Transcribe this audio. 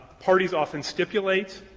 parties often stipulate